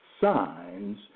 signs